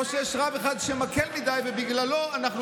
או שיש רב אחד שמקל מדי ובגללו אנחנו,